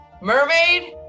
Mermaid